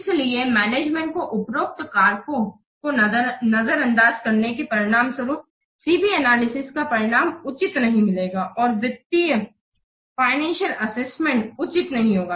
इसलिए मैनेजमेंट के उपरोक्त कारको को नजरअंदाज करने के परिणामस्वरूप C B एनालिसिस का परिणाम उचित नहीं मिलेगा और वित्तीय आकलन उचित नहीं होगा